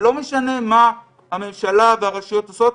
ולא משנה מה הממשלה והרשויות עושות,